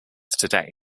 today